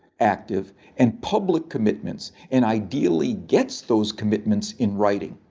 active and public commitments and ideally gets those commitments in writing.